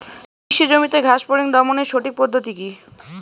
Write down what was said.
কৃষি জমিতে ঘাস ফরিঙ দমনের সঠিক পদ্ধতি কি?